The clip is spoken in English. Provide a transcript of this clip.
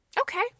Okay